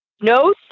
no